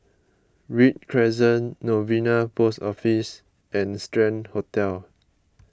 Read Crescent Novena Post Office and Strand Hotel